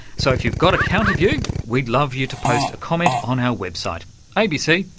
so if you've got a counter-view, we'd love you to post a comment on our website abc.